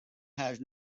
has